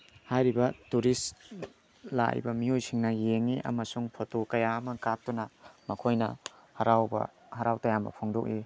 ꯍꯥꯏꯔꯤꯕ ꯇꯨꯔꯤꯁ ꯂꯥꯛꯏꯕ ꯃꯤꯑꯣꯏꯁꯤꯡꯅ ꯌꯦꯡꯉꯤ ꯑꯃꯁꯨꯡ ꯐꯣꯇꯣ ꯀꯌꯥ ꯑꯃ ꯀꯥꯞꯇꯨꯅ ꯃꯈꯣꯏꯅ ꯍꯔꯥꯎꯕ ꯍꯔꯥꯎ ꯇꯌꯥꯝꯕ ꯐꯣꯡꯗꯣꯛꯏ